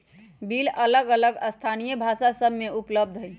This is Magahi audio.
बिल अलग अलग स्थानीय भाषा सभ में उपलब्ध हइ